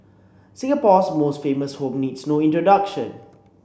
Singapore's most famous home needs no introduction